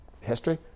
history